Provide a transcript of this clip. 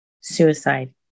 suicide